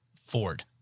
Ford